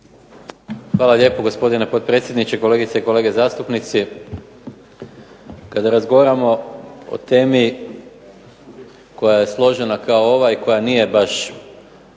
Hvala lijepo gospodine potpredsjedniče. Kolegice i kolege zastupnici. Kada razgovaramo o temi koja je složena kao ova i koja nije baš